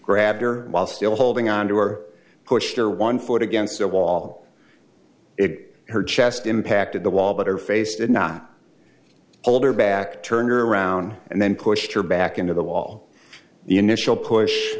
grabbed her while still holding onto or pushed her one foot against the wall it her chest impacted the wall but her face did not hold her back turned around and then pushed her back into the wall the initial push